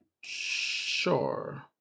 Sure